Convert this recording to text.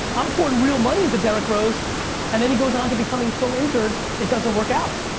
i'm pouring real money into derrick rose and then he goes on to becoming so injured it doesn't work out.